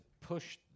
push